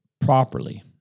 properly